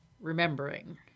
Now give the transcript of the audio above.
remembering